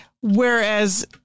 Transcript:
whereas